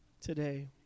today